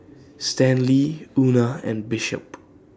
Stanley Una and Bishop